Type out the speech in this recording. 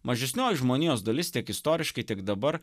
mažesnioji žmonijos dalis tiek istoriškai tiek dabar